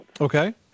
Okay